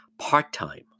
Part-time